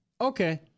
Okay